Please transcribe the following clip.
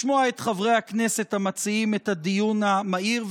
לשמוע את חברי הכנסת המציעים את הדיון המהיר,